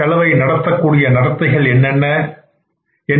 செலவை நடத்தக்கூடிய நடத்தைகள் என்னென்ன உள்ளன